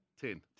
Ten